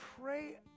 pray